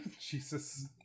Jesus